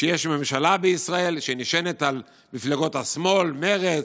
שיש ממשלה בישראל שנשענת על מפלגות השמאל, מרצ,